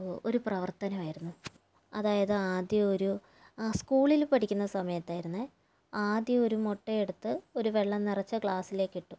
ഒരു പ്രവർത്തനമായിരുന്നു അതായത് ആദ്യം ഒരു സ്കൂളിൽ പഠിക്കുന്ന സമയത്തായിരുന്നേ ആദ്യം ഒരു മുട്ടയെടുത്ത് ഒരു വെള്ളം നിറച്ച ഗ്ലാസ്സിലേക്ക് ഇട്ടു